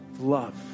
Love